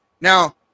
Now